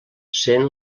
sent